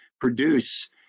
produce